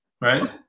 right